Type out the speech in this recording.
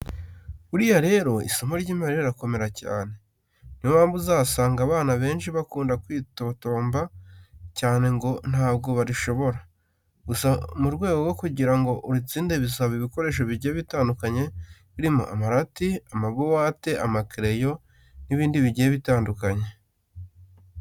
Buriya rero isomo ry'imibare rirakomera cyane, niyo mpamvu uzanasanga abana benshi bakunda kwitotomba cyane ngo ntabwo barishobora, gusa mu rwego rwo kugira ngo uritsinde bisaba ibikoresho bigiye bitandukanye birimo amarati, amabuwate, amakereyo n'ibindi bigiye bitandukanye.